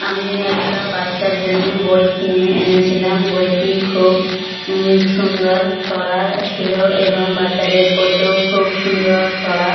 আমি একটা বাচ্চার জন্যে বই কিনে এনেছিলাম বইটি খুব সুন্দর ছড়া ছিলো এবং বাচ্চাদের পড়তেও খুব সুন্দর ছড়া